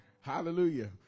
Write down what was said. Hallelujah